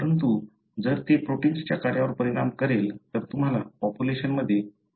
परंतु जर ते प्रोटिन्सच्या कार्यावर परिणाम करेल तर तुम्हाला पॉप्युलेशनमध्ये ते दिसणार नाही